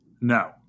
No